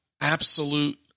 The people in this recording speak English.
absolute